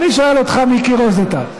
אני שואל אותך, מיקי רוזנטל: